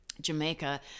Jamaica